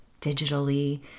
digitally